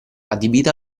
adibita